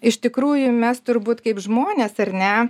iš tikrųjų mes turbūt kaip žmonės ar ne